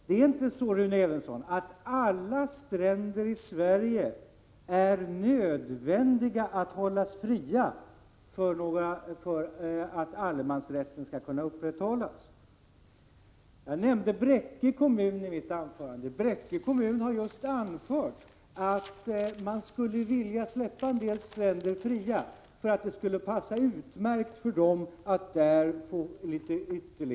Det är inte nödvändigt, Rune Evensson, att hålla alla stränder i Sverige fria för att allemansrätten skall kunna upprätthållas. Jag nämnde Bräcke kommun i mitt anförande. Den kommunen har just anfört att man skulle vilja släppa en del stränder fria, därför att det skulle passa utmärkt med ytterligare fritidshus där.